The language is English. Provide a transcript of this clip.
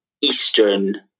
eastern